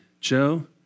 Joe